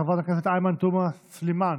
חברת הכנסת עאידה תומא סלימאן,